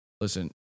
Listen